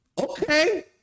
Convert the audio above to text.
Okay